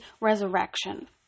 resurrection